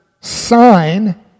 sign